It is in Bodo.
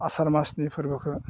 आसार मासनि फोरबोखौ